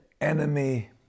enemy